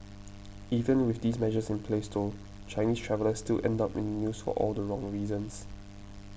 even with these measures in place though Chinese travellers still end up in the news for all the wrong reasons